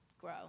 grow